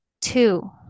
two